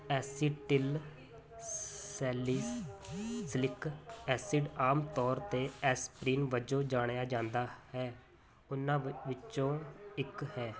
acetyl salicylic acid ਆਮ ਤੌਰ 'ਤੇ ਐਸਪਰੀਨ ਵਜੋਂ ਜਾਣਿਆ ਜਾਂਦਾ ਹੈ ਉਨ੍ਹਾਂ ਵਿੱਚੋਂ ਇੱਕ ਹੈ